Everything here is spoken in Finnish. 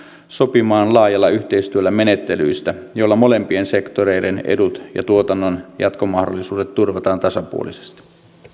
sopimaan laajalla yhteistyöllä menettelyistä joilla molempien sektoreiden edut ja tuotannon jatkomahdollisuudet turvataan tasapuolisesti